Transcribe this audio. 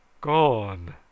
Gone